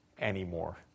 anymore